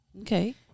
Okay